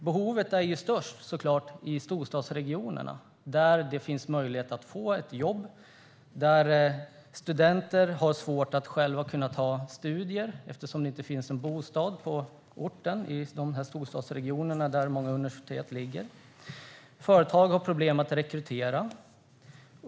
Behovet är såklart störst i storstadsregionerna, där det finns möjlighet att få ett jobb. Studenter har svårt att studera eftersom det inte finns bostäder i de storstadsregioner där många universitet ligger. Företag har problem att rekrytera.